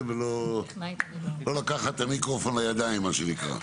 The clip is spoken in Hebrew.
ולא לקחת את המיקרופון לידיים מה שנקרא.